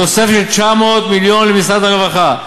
תוספת של 900 מיליון למשרד הרווחה,